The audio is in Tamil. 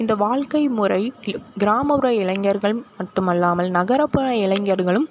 இந்த வாழ்கைமுறை கிராமப்புற இளைஞர்கள் மட்டுமல்லாமல் நகர்ப்புற இளைஞர்களும்